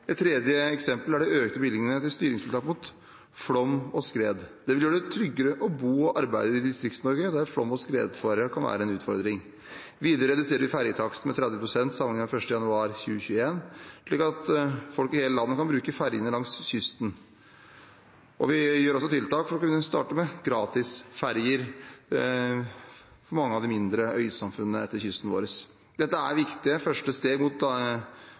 Et tredje eksempel er de økte bevilgningene til sikringstiltak mot flom og skred. Det vil gjøre det tryggere å bo og arbeide i Distrikts-Norge, der flom- og skredfare kan være en utfordring. Videre reduserer vi ferjetakstene med 30 pst. sammenlignet med 1. januar 2021, slik at folk i hele landet kan bruke ferjene langs kysten. Vi gjør også tiltak for å kunne starte med gratis ferjer for mange av de mindre øysamfunnene langsetter kysten vår. Dette er et viktig første steg mot